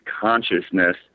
consciousness